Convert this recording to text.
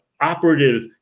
Operative